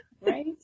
Right